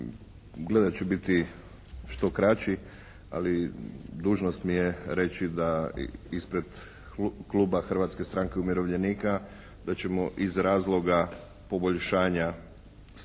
Gledat ću biti što kraći, ali dužnost mi je reći da ispred kluba Hrvatske stranke umirovljenika da ćemo iz razloga poboljšanja i osiguranja